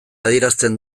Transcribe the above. adierazten